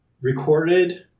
recorded